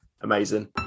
amazing